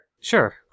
Sure